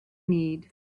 need